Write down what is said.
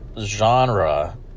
genre